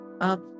up